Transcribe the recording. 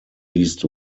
least